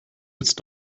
jetzt